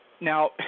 Now